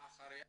ולאחר עליה.